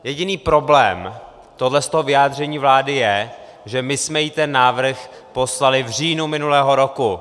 Jediný problém tohohle vyjádření vlády je, že my jsme jí ten návrh poslali v říjnu minulého roku.